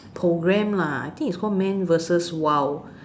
program lah I think it's called man versus wild